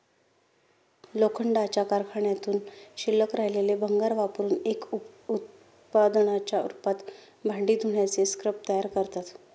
लोखंडाच्या कारखान्यातून शिल्लक राहिलेले भंगार वापरुन एक उप उत्पादनाच्या रूपात भांडी धुण्याचे स्क्रब तयार करतात